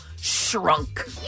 Shrunk